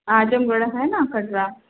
आजमगढ़ है ना कटरा